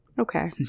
Okay